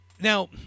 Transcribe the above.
now